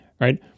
right